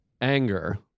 anger